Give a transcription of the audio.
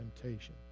temptation